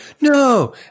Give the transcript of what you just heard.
no